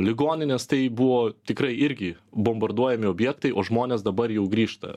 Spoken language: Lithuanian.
ligoninės tai buvo tikrai irgi bombarduojami objektai o žmonės dabar jau grįžta